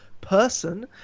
person